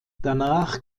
danach